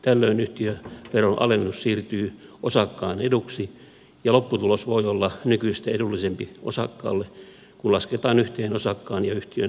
tällöin yhtiöveron alennus siirtyy osakkaan eduksi ja lopputulos voi olla nykyistä edullisempi osakkaalle kun lasketaan yhteen osakkaan ja yhtiön maksamat verot